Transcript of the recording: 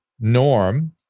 Norm